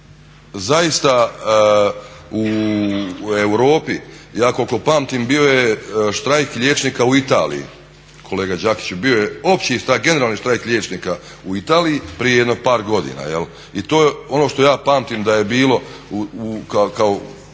zaista u Europi ja koliko pamtim bio je štrajk liječnika u Italiji, kolega Đakiću bio je opći štrajk, generalni štrajk liječnika u Italiji prije jedno par godina i to je ono što ja pamtim da je bilo kao